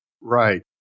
Right